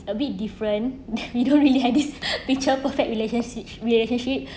a bit different we don't really have this picture perfect relationsi~ relationship